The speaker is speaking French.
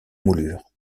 moulures